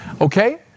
Okay